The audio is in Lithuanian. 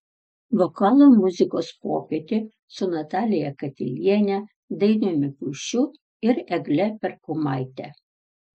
vokalo muzikos popietė su natalija katiliene dainiumi puišiu ir egle perkumaite